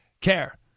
care